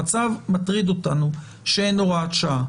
המצב מטריד אותנו כשאין הוראת שעה.